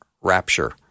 rapture